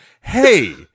hey